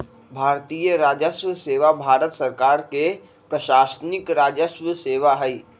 भारतीय राजस्व सेवा भारत सरकार के प्रशासनिक राजस्व सेवा हइ